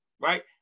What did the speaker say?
right